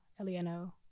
Eliano